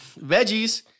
veggies